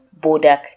Bodak